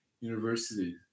university